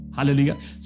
Hallelujah